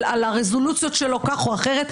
על הרזולוציות שלו כך או אחרת,